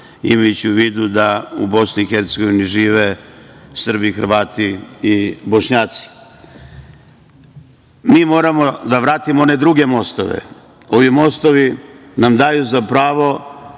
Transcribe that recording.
imajući u vidu da u BiH žive Srbi, Hrvati i Bošnjaci. Mi moramo da vratimo one druge mostove, oni mostovi koji nam daju za pravo